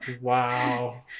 Wow